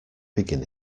begin